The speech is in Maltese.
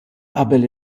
qabel